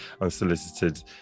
unsolicited